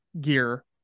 gear